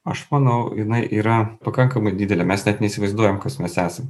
aš manau jinai yra pakankamai didelė mes net neįsivaizduojam kas mes esam